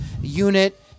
unit